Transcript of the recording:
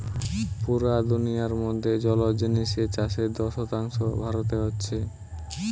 পুরা দুনিয়ার মধ্যে জলজ জিনিসের চাষের দশ শতাংশ ভারতে হচ্ছে